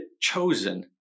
chosen